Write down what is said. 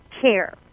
care